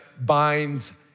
binds